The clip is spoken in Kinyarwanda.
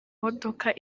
modoka